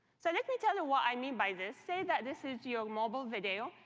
so let me tell you what i mean by this. say that this is your mobile video,